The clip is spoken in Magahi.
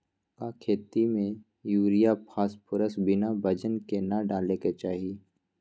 का खेती में यूरिया फास्फोरस बिना वजन के न डाले के चाहि?